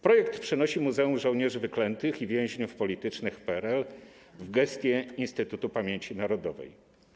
Projekt przenosi Muzeum Żołnierzy Wyklętych i Więźniów Politycznych PRL w gestię Instytutu Pamięci Narodowej.